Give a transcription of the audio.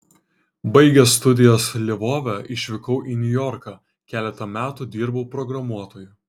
baigęs studijas lvove išvykau į niujorką keletą metų dirbau programuotoju